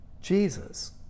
Jesus